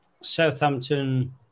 Southampton